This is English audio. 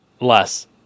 less